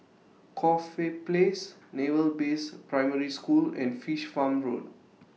Corfe Place Naval Base Primary School and Fish Farm Road